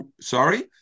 Sorry